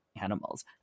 animals